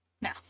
No